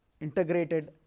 integrated